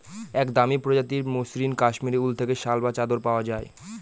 এক দামি প্রজাতির মসৃন কাশ্মীরি উল থেকে শাল বা চাদর পাওয়া যায়